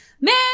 man